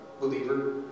believer